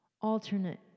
alternate